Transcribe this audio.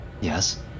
Yes